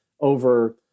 over